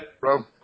Bro